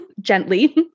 gently